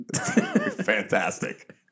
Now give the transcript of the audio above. Fantastic